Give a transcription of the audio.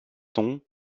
tons